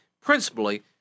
principally